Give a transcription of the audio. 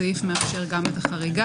הסעיף מאפשר גם את החריגה.